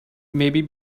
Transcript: maybe